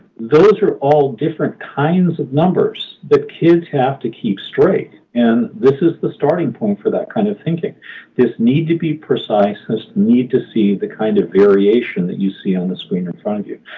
those are all different kinds of numbers that kids have to keep straight. and this is the starting point for that kind of thinking this need to be precise, this need to see the kind of variation that you see on the screen in front of you.